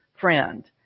friend